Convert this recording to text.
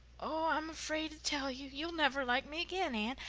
oh, i'm afraid to tell you. you'll never like me again, anne.